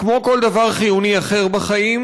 כמו כל דבר חיוני אחר בחיים,